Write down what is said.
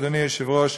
אדוני היושב-ראש,